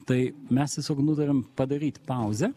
tai mes tiesiog nutarėm padaryt pauzę